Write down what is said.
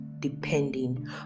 depending